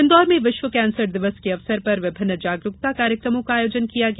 इंदौर में विश्व कैंसर दिवस के अवसर पर विभिन्न जागरुकता कार्यक्रमों का आयोजन किया गया